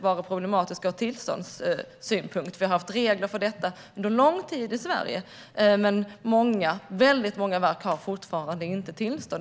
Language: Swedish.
vara problematiska ur tillståndssynpunkt. Vi har haft regler för detta under en lång tid i Sverige, men väldigt många verk har fortfarande inte tillstånd.